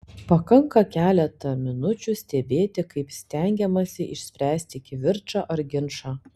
pakanka keletą minučių stebėti kaip stengiamasi išspręsti kivirčą ar ginčą